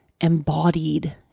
embodied